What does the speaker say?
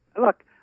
Look